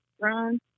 Ron